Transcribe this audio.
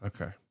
Okay